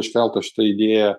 iškelta šita idėja